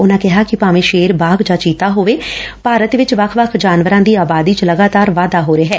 ਉਨਾਂ ਕਿਹਾ ਕਿ ਭਾਵੇਂ ਸ਼ੇਰ ਬਾਘ ਜਾਂ ਚੀਤਾ ਹੋਵੇ ਭਾਰਤ ਚ ਵੱਖ ਵੱਖ ਜਾਨਵਰਾਂ ਦੀ ਆਬਾਦੀ ਚ ਲਗਾਤਾਰ ਵਾਧਾ ਹੋ ਰਿਹੈ